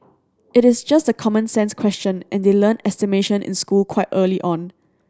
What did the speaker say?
it is just a common sense question and they learn estimation in school quite early on